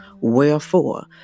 Wherefore